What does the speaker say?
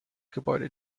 gebäude